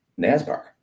nasbar